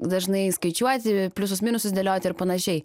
dažnai skaičiuoti pliusus minusus dėlioti ir panašiai